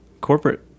corporate